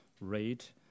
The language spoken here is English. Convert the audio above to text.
rate